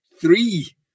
three